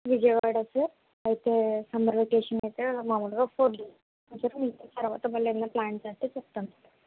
Vijayawada sir అయితే summer vacation అయితే మామూలుగా ఫోర్ డేస్ తర్వాత మళ్ళీ ఏమైనా ప్లాన్ చేస్తే చెప్తాం సార్